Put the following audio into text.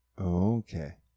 Okay